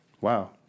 Wow